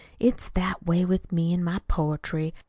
it's that way with me in my poetry.